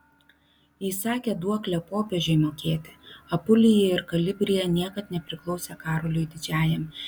įsakė duoklę popiežiui mokėti apulija ir kalabrija niekad nepriklausė karoliui didžiajam